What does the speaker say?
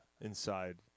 inside